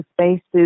spaces